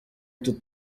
utu